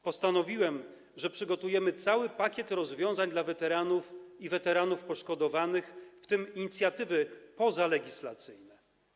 Postanowiłem, że przygotujemy cały pakiet rozwiązań dla weteranów i weteranów poszkodowanych, w tym inicjatywy pozalegislacyjne.